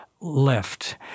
left